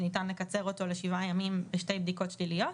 שניתן לקצר אותו ל-7 ימים עם שתי בדיקות שליליות.